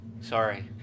Sorry